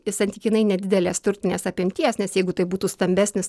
santykinai nedidelės turtinės apimties nes jeigu tai būtų stambesnis